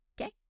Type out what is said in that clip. Okay